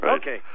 Okay